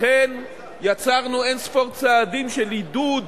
לכן יצרנו אין-ספור צעדים של עידוד